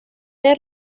forma